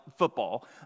football